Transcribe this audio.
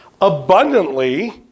abundantly